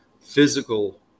physical